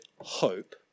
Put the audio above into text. hope